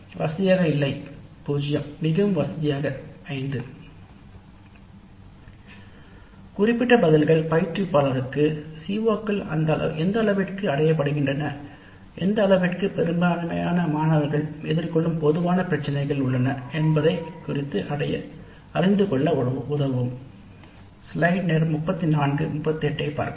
வசதியாக இல்லை 0 முதல் மிகவும் வசதியானது 5 குறிப்பிட்ட பதில்கள் பயிற்றுவிப்பாளருக்குத் CO கள் எந்த அளவிற்கு அடையப்படுகின்றன எந்த அளவிற்கு பொதுவானவை உள்ளன பெரும்பான்மையான மாணவர்கள் எதிர்கொள்ளும் பிரச்சினைகள் என்ன என்பதை குறித்து அறிந்துகொள்ள உதவும்